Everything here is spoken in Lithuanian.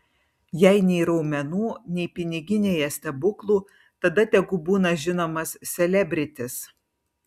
jei nei raumenų nei piniginėje stebuklų tada tegu būna žinomas selebritis